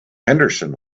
henderson